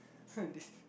this